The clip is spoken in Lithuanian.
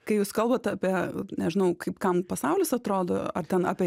kai jūs kalbat apie nežinau kaip kam pasaulis atrodo ar ten apie